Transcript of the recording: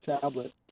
tablet